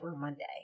Monday